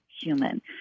human